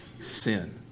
sin